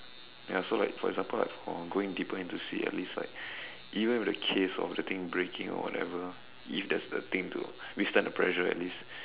ya so like for example like for going deeper into sea at least like even if the case of breaking or whatever if there's the thing to withstand the pressure at least